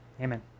Amen